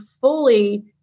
fully